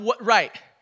right